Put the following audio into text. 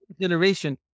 generation